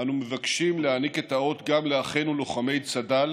אנו מבקשים להעניק את האות גם לאחינו לוחמי צד"ל